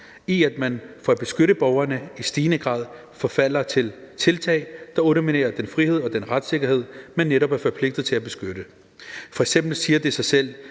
i, at man for at beskytte borgerne i stigende grad forfalder til tiltag, der underminerer den frihed og den retssikkerhed, man netop er forpligtet til at beskytte. F.eks. siger det sig selv,